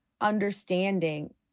understanding